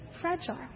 fragile